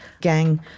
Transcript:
gang